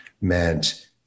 meant